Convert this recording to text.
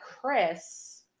Chris